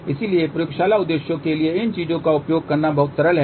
इसलिए प्रयोगशाला उद्देश्यों के लिए इन चीजों का उपयोग करना बहुत सरल है